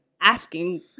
asking